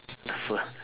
the food